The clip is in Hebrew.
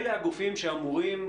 אלה הגופים שאמורים,